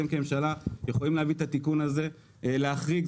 אתם כממשלה יכולים להביא את התיקון הזה, להחריג.